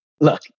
look